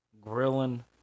grilling